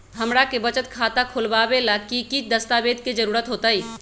हमरा के बचत खाता खोलबाबे ला की की दस्तावेज के जरूरत होतई?